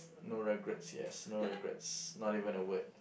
no regrets yes no regrets not even a word